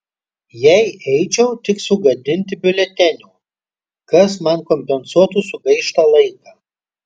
jei eičiau tik sugadinti biuletenio kas man kompensuotų sugaištą laiką